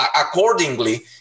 accordingly